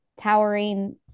towering